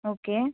okay